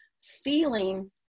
feeling